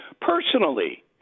personally